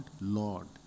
Lord